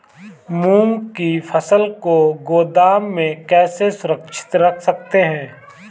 मूंग की फसल को गोदाम में कैसे सुरक्षित रख सकते हैं?